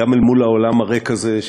גם אל מול האולם הריק הזה.